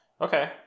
Okay